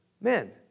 men